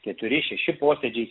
keturi šeši posėdžiai